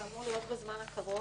זה אמור להיות בזמן הקרוב,